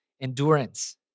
endurance